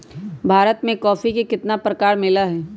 भारत में कॉफी के कितना प्रकार मिला हई?